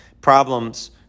problems